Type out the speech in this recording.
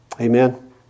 Amen